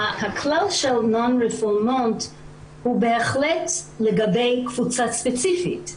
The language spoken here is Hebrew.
הכלל של אי החזרה הוא בהחלט לגבי קבוצה ספציפית.